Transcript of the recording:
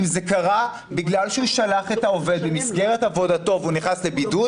אם זה קרה בגלל שהוא שלח את העובד במסגרת עבודתו והוא נכנס לבידוד,